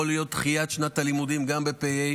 יכולה להיות דחיית שנת הלימודים גם בתשפ"ה.